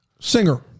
Singer